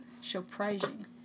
Surprising